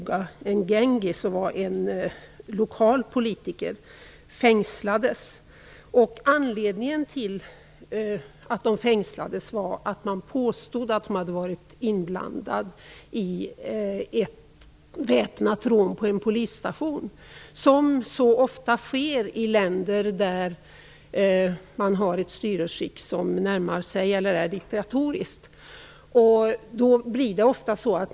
G. Njuguna Ngengi, en lokal politiker, fängslades. Anledningen till att de fängslades var ett påstående om att de hade varit inblandade i ett väpnat rån på en polisstation - som så ofta sker i länder där det råder ett styrelseskick som närmar sig eller är diktatoriskt.